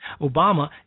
Obama